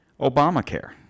Obamacare